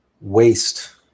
waste